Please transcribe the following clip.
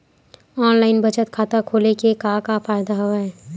online बचत खाता खोले के का का फ़ायदा हवय